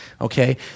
okay